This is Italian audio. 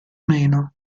meno